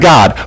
God